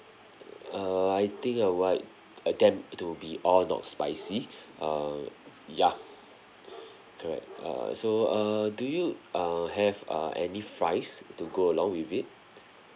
err I think I want uh them to be all not spicy err ya correct uh so err do you uh have uh any fries to go along with it